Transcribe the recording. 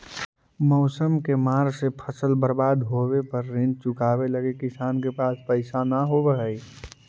मौसम के मार से फसल बर्बाद होवे पर ऋण चुकावे लगी किसान के पास पइसा न होवऽ हइ